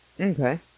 Okay